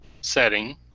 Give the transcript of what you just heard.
setting